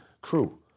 crew